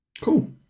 Cool